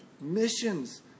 missions